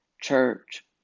church